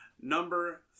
number